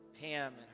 Pam